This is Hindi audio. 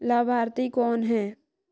लाभार्थी कौन है?